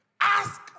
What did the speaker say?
ask